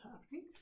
happening